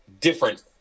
different